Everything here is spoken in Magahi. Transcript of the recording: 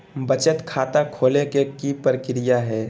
बचत खाता खोले के कि प्रक्रिया है?